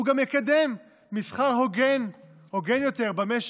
הוא גם יקדם מסחר הוגן יותר במשק.